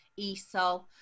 ESOL